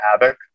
havoc